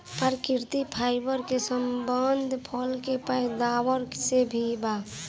प्राकृतिक फाइबर के संबंध फल के पैदावार से भी बा